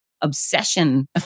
obsession